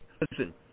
Listen